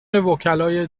وکلای